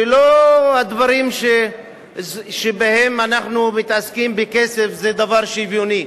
שלא הדברים שבהם אנחנו מתעסקים בכסף זה דבר שוויוני.